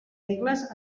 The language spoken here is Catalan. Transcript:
regles